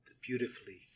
beautifully